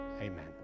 amen